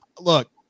look